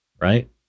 right